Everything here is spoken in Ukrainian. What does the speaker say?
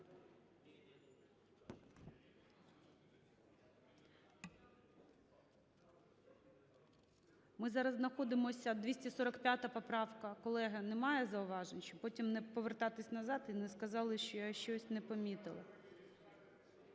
Ми зараз знаходимося 245 поправка, колеги. Немає зауважень? Щоб потім не повертатися назад і не сказали, що я щось не помітила.